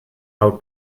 how